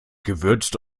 gewürzt